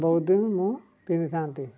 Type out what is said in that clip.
ବହୁତ ଦିନ ମୁଁ ପିନ୍ଧିଥାନ୍ତି